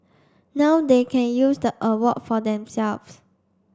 now they can use the award for themselves